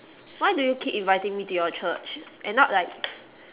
why do you keep inviting me to your church and not like